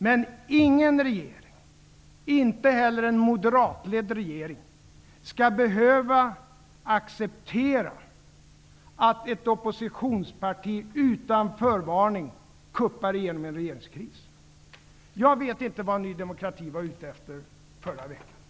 Men ingen regering, inte heller en moderatledd, skall behöva acceptera att ett oppositionsparti utan förvarning kuppar igenom en regeringskris. Jag vet inte vad Ny demokrati var ute efter förra veckan.